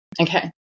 Okay